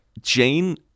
Jane